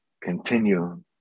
continue